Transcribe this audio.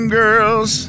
girls